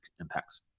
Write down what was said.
impacts